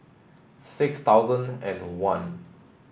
six thousand and one